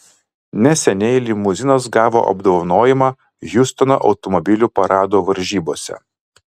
neseniai limuzinas gavo apdovanojimą hjustono automobilių parado varžybose